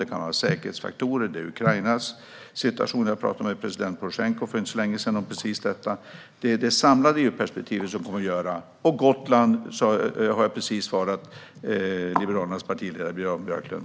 Det kan också handla om säkerhetsfaktorer eller om Ukrainas situation - jag pratade med president Porosjenko för inte så länge sedan om precis detta. Det handlar om det samlade EU-perspektivet. Vad gäller Gotland har jag nyss svarat Liberalernas partiledare Jan Björklund.